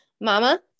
Mama